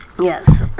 Yes